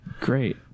Great